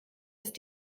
ist